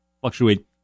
fluctuate